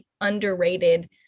underrated